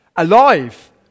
alive